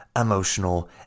emotional